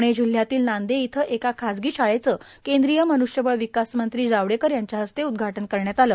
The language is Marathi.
प्णे जिल्ह्यातील नांदे इथं एका खासगी शाळेचं केंद्रीय मन्ष्यबळ विकास मंत्री जावडेकर यांच्या हस्ते उद्घाटन करण्यात आले